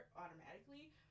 automatically